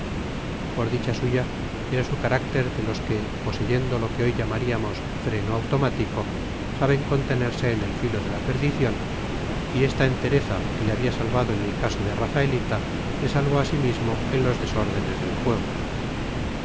por dicha suya era su carácter de los que poseyendo lo que hoy llamaríamos freno automático saben contenerse en el filo de la perdición y esta entereza que le había salvado en el caso de rafaelita le salvó asimismo en los desórdenes del juego